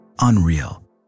Unreal